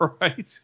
Right